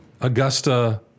Augusta